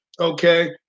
okay